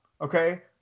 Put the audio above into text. Okay